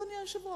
אדוני היושב-ראש?